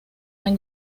han